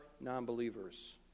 non-believers